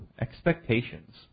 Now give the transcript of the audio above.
expectations